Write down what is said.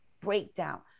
breakdown